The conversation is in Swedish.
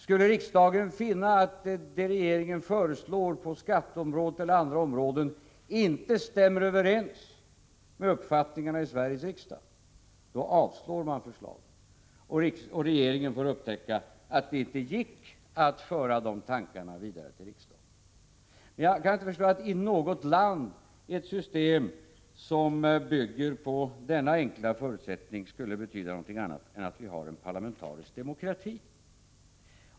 Skulle riksdagen finna att det som regeringen föreslår på skatteområdet eller på andra områden inte stämmer överens med uppfattningarna i Sveriges riksdag avslår man förslaget, och regeringen får upptäcka att det inte gick att föra tankarna vidare till riksdagen. 7 Jag kan inte förstå att ett system — vilket land det nu än gäller — som bygger på denna enkla förutsättning skulle betyda någonting annat än parlamentarisk demokrati.